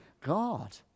God